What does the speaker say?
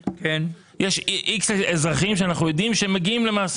יש X אזרחים שאנחנו יודעים שהם מגיעים למס,